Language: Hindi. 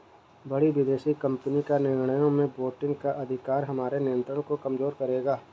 बड़ी विदेशी कंपनी का निर्णयों में वोटिंग का अधिकार हमारे नियंत्रण को कमजोर करेगा